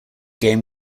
game